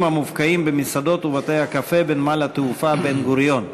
המופקעים במסעדות ובבתי-הקפה בנמל-התעופה בן-גוריון.